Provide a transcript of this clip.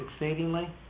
exceedingly